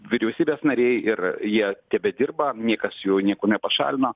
vyriausybės nariai ir jie tebedirba niekas jų niekur nepašalino